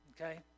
okay